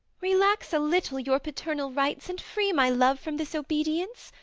relax a little your paternal rights, and free my love from this obedience!